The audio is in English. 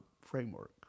framework